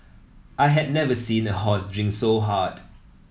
I had never seen a horse drink so hard